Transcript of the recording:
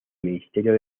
ministerio